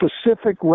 specific